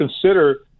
consider